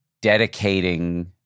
dedicating